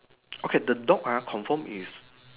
okay the dog ah confirm is